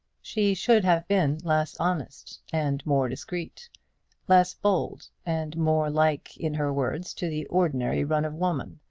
she should have been less honest, and more discreet less bold, and more like in her words to the ordinary run of women.